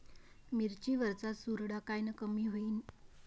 मिरची वरचा चुरडा कायनं कमी होईन?